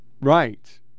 right